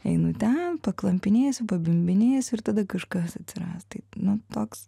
einu ten paklampinėsiu pabimbinėsiu ir tada kažkas atsiras tai nu toks